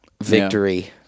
victory